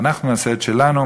ואנחנו נעשה את שלנו,